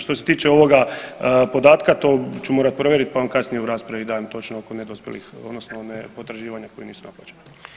Što se tiče ovoga podatka, to ću morati provjeriti, pa vam kasnije u raspravi dam točno nedospjelih odnosno ne potraživanja koja nisu naplaćena.